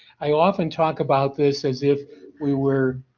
i often talk about this as if we were